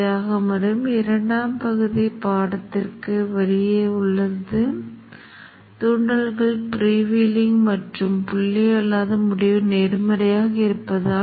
1 micro இரண்டாவது படியை கொண்டுள்ளது மற்றும் பின்னர் 10 மில்லி விநாடிகள் ஆரம்ப நிலைகள் கட்டளையைப் பயன்படுத்துகிறது